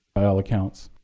by all accounts.